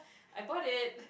I bought it